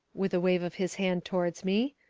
with a wave of his hand towards me,